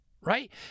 right